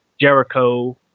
Jericho